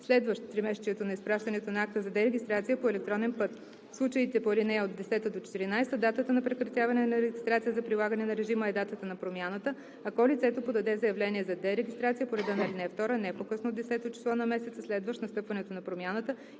следващ тримесечието на изпращането на акта за дерегистрация по електронен път. В случаите по ал. 10 – 14 датата на прекратяване на регистрация за прилагане на режима е датата на промяната, ако лицето подаде заявление за дерегистрация по реда на ал. 2 не по-късно от 10-о число на месеца, следващ настъпването на промяната,